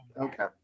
Okay